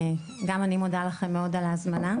גם אני מודה לכם מאוד על ההזמנה,